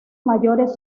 mayores